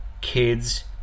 kids